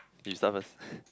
okay you start first